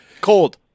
cold